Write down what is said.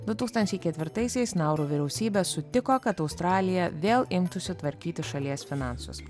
du tūkstančiai ketvirtaisiais nauru vyriausybė sutiko kad australija vėl imtųsi tvarkyti šalies finansus